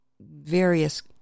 various